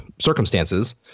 circumstances